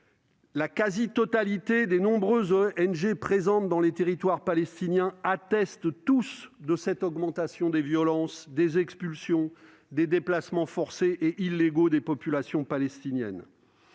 organisations non gouvernementales présentes dans les territoires palestiniens, attestent tous de cette augmentation des violences, des expulsions, des déplacements forcés et illégaux de populations palestiniennes.